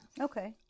Okay